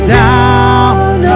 down